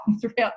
throughout